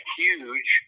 huge